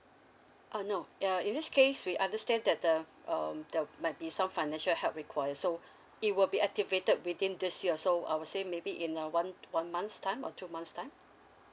uh no uh in this case we understand that the um the might be some financial help required so it will be activated within this year so I would say maybe in a one one month's time or two months time